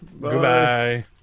Goodbye